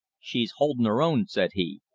she's holdin' her own, said he,